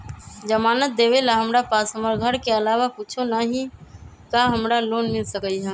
जमानत देवेला हमरा पास हमर घर के अलावा कुछो न ही का हमरा लोन मिल सकई ह?